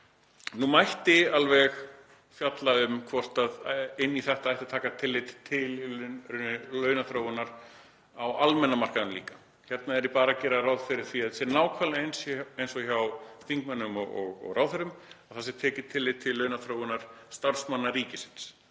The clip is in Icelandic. Nú mætti alveg fjalla um hvort inn í þetta ætti að taka tillit til launaþróunar á almenna markaðnum líka. Hérna er ég bara að gera ráð fyrir því að þetta sé nákvæmlega eins og hjá þingmönnum og ráðherrum, að það sé tekið tillit til launaþróunar starfsmanna ríkisins,